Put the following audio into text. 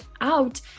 out